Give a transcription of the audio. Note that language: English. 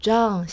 John